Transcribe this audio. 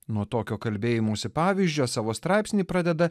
nuo tokio kalbėjimosi pavyzdžio savo straipsnį pradeda